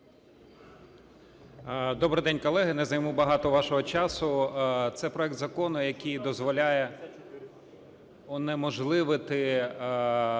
Добрий день, колеги! Не займу багато вашого часу. Це проект закону, який дозволяє унеможливити